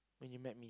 when you met me